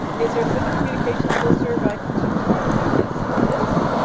is there a simba communications listserv i can subscribe to? yes, there is.